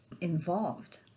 involved